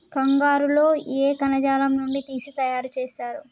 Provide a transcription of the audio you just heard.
కంగారు లో ఏ కణజాలం నుండి తీసి తయారు చేస్తారు?